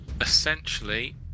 Essentially